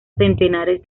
centenares